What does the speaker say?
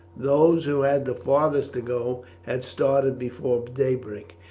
those who had the farthest to go had started before daybreak,